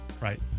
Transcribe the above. Right